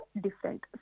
different